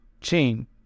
chain